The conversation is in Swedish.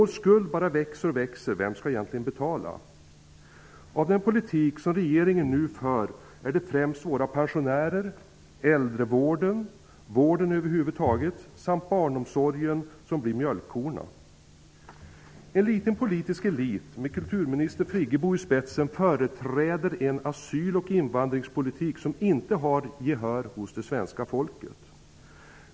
Vår skuld bara växer och växer. Vem skall egentligen betala? Till följd av den politik som regeringen nu för är det främst våra pensionärer, äldrevården, vården över huvud taget och barnomsorgen som blir mjölkkor. En liten politisk elit med kulturminister Birgit Friggebo i spetsen företräder en asyl och invandringspolitik som inte har gehör hos svenska folket.